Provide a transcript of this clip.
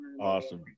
Awesome